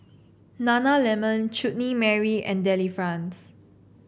nana lemon Chutney Mary and Delifrance